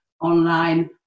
online